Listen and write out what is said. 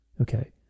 Okay